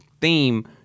theme